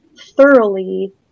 thoroughly